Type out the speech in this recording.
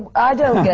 i don't. yeah